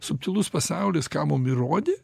subtilus pasaulis ką mum įrodė